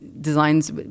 designs